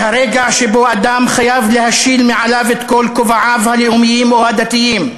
זה הרגע שבו אדם חייב להשיל מעליו את כל כובעיו הלאומיים או הדתיים,